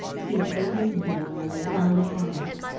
he paid his bill and they found a cab.